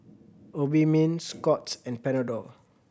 Obimin Scott's and Panadol